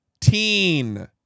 teen